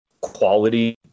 quality